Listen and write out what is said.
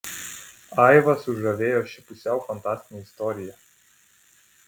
aivą sužavėjo ši pusiau fantastinė istorija